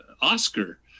Oscar